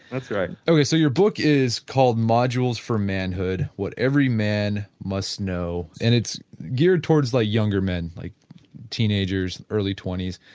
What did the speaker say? that's right ok, so your book is called modules for manhood what every man must know and it's geared towards the younger men like teenagers, early twenties.